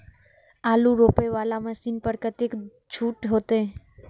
आलू रोपे वाला मशीन पर कतेक छूट होते?